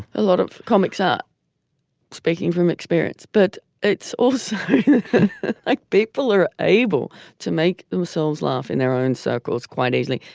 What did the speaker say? a lot of comics are speaking from experience. but it's almost like people are able to make themselves laugh in their own circles quite easily.